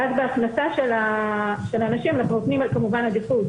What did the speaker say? ואז בהכנסה של אנשים אנחנו נותנים כמובן עדיפות